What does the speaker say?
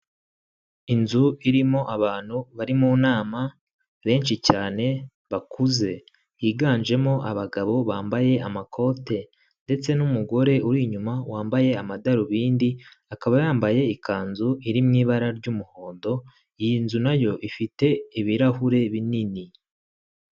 Inzu irimo abantu bari mu nama benshi cyane bakuze; higanjemo abagabo bambaye amakote ndetse n'umugore uri inyuma wambaye amadarubindi; akaba yambaye ikanzu iri mu ibara ry'umuhondo; iyi nzu nayo ifite ibirahure binini.